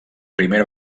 primera